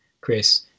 Chris